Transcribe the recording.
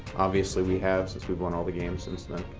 obviously we have since we won all the games since then.